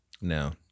No